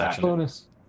bonus